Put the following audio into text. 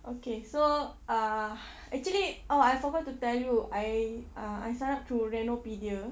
okay so uh actually oh I forgot to tell you I uh I sign up through Renopedia